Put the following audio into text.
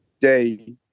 day